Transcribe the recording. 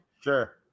Sure